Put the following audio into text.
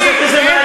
אלקין,